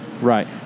right